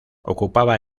ocupaba